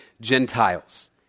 Gentiles